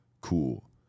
Cool